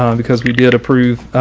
um because we did approve